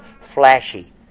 flashy